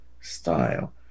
style